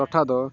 ᱴᱚᱴᱷᱟ ᱫᱚ